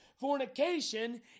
Fornication